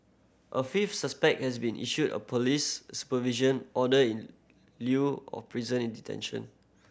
a fifth suspect has been issued a police supervision order in lieu of prison detention